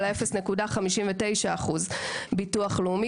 אלא 0.59% לביטוח הלאומי.